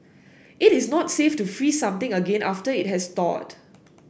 it is not safe to freeze something again after it has thawed